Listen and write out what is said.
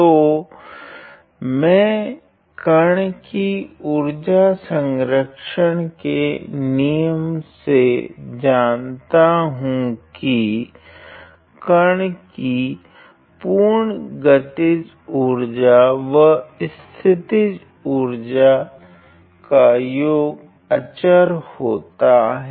तो मैं कण की उर्जा सरंक्षण के नीयम से जानता हूँ की कण की पूर्ण गतिज उर्जा व स्थितीज उर्जा का योग आचार होता है